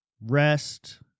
rest